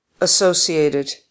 associated